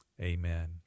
Amen